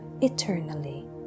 eternally